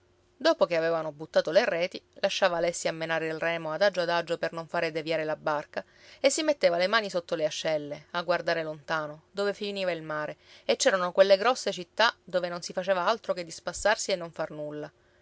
dopo che avevano buttato le reti lasciava alessi a menare il remo adagio adagio per non fare deviare la barca e si metteva le mani sotto le ascelle a guardare lontano dove finiva il mare e c'erano quelle grosse città dove non si faceva altro che spassarsi e non far nulla